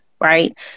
Right